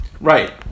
right